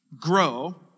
grow